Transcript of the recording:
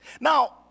Now